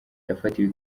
yafatiwe